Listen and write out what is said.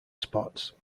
spots